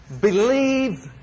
believe